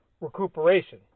recuperation